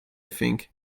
think